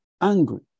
angry